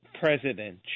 president